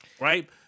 right